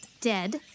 Dead